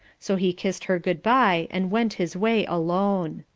so he kissed her good-bye, and went his way alone.